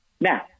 Now